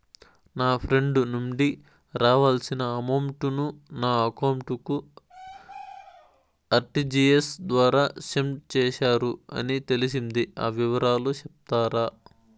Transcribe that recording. నా ఫ్రెండ్ నుండి రావాల్సిన అమౌంట్ ను నా అకౌంట్ కు ఆర్టిజియస్ ద్వారా సెండ్ చేశారు అని తెలిసింది, ఆ వివరాలు సెప్తారా?